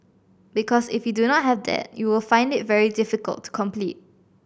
because if you do not have that you will find it very difficult to compete